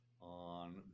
on